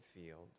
field